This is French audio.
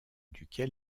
duquel